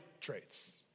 traits